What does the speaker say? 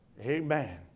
Amen